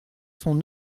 son